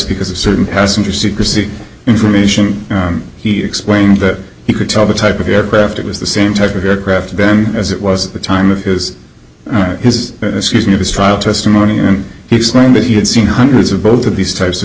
because of certain passenger secrecy information here explained that he could tell the type of aircraft it was the same type of aircraft bam as it was at the time of his america's season of his trial testimony and he explained that he had seen hundreds of both of these types of